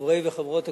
חברי וחברות הקיבוצים,